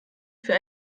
für